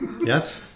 Yes